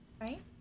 right